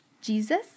Jesus